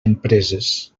empreses